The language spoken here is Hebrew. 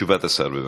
תשובת השר, בבקשה.